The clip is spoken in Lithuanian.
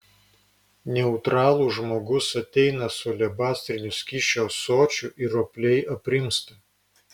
neutralų žmogus ateina su alebastriniu skysčio ąsočiu ir ropliai aprimsta